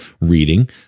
reading